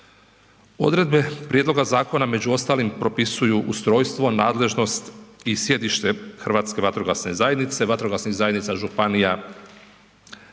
Odredbe prijedloga zakona među ostalim propisuju ustrojstvo, nadležnost i sjedište Hrvatske vatrogasne zajednice, vatrogasnih zajednica županija,